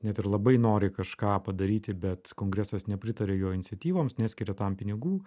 net ir labai nori kažką padaryti bet kongresas nepritaria jo iniciatyvoms neskiria tam pinigų